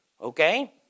okay